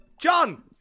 John